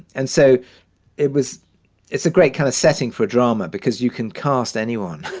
and so it was it's a great kind of setting for drama because you can cast anyone.